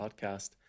podcast